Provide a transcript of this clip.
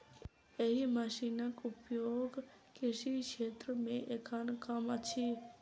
एहि मशीनक उपयोग कृषि क्षेत्र मे एखन कम अछि